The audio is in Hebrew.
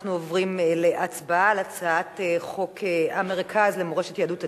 אנחנו עוברים להצבעה על הצעת חוק המרכז למורשת יהדות אתיופיה,